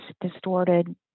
distorted